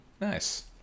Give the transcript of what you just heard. Nice